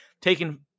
taking